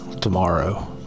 tomorrow